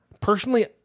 Personally